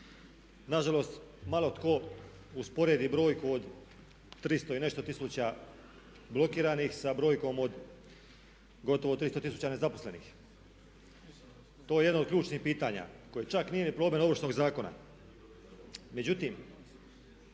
Nažalost malo tko usporedi brojku od 300 i nešto tisuća blokiranih sa brojkom od gotovo 300 tisuća nezaposlenih. To je jedno od ključnih pitanja koje čak nije ni problem Ovršnog zakona.